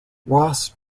ross